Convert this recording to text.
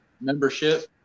membership